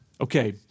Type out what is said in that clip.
Okay